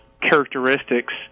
characteristics